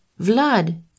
Vlad